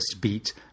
beat